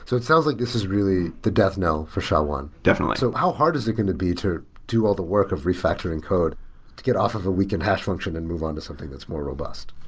so it sounds like this is really the death now for sha one. definitely so how hard is it going to be to do all the work of refactoring code to get off of a weakened hash function and more on to something that's more robust?